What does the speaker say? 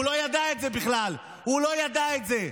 והוא לא ידע את זה בכלל, הוא לא ידע את זה.